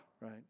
right